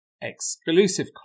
exclusive